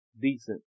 decent